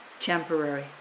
temporary